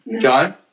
John